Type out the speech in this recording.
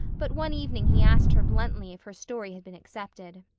but one evening he asked her bluntly if her story had been accepted.